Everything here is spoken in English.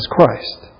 Christ